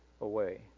away